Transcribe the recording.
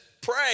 pray